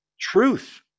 truth